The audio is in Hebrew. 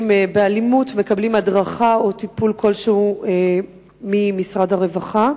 באלימות מקבלים הדרכה או טיפול כלשהו ממשרד הרווחה?